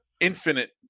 infinite